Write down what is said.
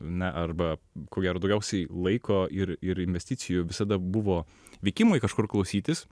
na arba ko gero daugiausiai laiko ir ir investicijų visada buvo vykimui kažkur klausytis